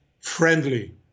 friendly